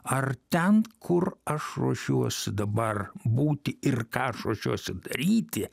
ar ten kur aš ruošiuosi dabar būti ir ką aš ruošiuosi daryti